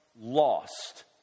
lost